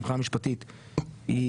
מבחינה משפטית היא